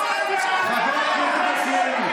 חברת הכנסת גלית דיסטל.